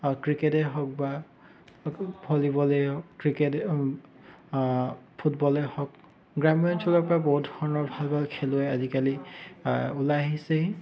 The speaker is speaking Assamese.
আৰু ক্ৰিকেটেই হওক বা ভলীবলেই ক্ৰিকেটেই ফুটবলেই হওক গ্ৰাম্য অঞ্চলৰ পৰা বহুত ধৰণৰ ভাল ভাল খেলুৱৈ আজিকালি ওলাই আহিছেহি